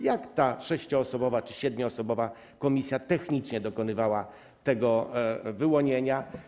Jak ta sześcio- czy siedmioosobowa komisja technicznie dokonywała tego wyłonienia?